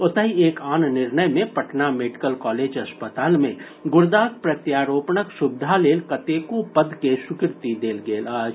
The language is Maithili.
ओतहि एक आन निर्णय मे पटना मेडिकल कॉलेज अस्पताल मे गुर्दाक प्रत्यारोपणक सुविधा लेल कतेको पद के स्वीकृति देल गेल अछि